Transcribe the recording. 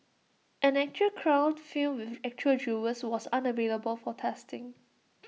an actual crown filled with actual jewels was unavailable for testing